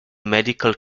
medical